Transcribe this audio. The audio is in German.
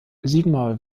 siebenmal